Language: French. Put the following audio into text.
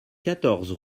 quatorze